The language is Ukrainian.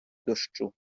дощу